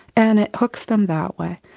and it hooks them that way.